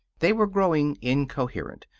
they were growing incoherent.